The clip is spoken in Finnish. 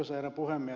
minä kysyn